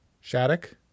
Shattuck